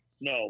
No